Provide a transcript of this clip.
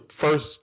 first